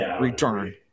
return